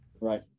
Right